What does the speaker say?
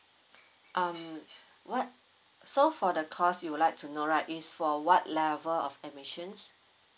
um what so for the course you would like to know right it's for what level of admissions